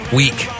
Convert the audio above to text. week